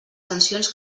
sancions